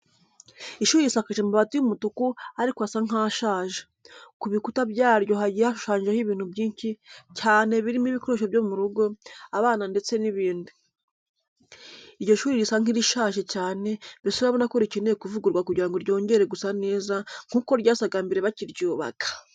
Ishuri risakaje amabati y'umutuku ariko asa nk'ashaje, ku bikuta byaryo hagiye hashushanyijeho ibintu byinshi cyane birimo ibikoresho byo mu rugo, abana ndetse n'ibindi. Iryo shuri risa nk'irishaje cyane, mbese urabona ko rikeneye kuvugururwa kugira ngo ryongere gusa neza nkuko ryasaga mbere bakiryubaka.